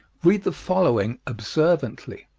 read the following observantly